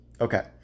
Okay